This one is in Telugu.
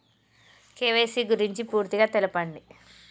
కే.వై.సీ గురించి పూర్తిగా తెలపండి?